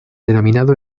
denominado